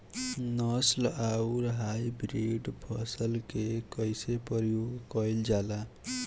नस्ल आउर हाइब्रिड फसल के कइसे प्रयोग कइल जाला?